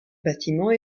bâtiment